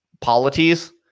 polities